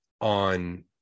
on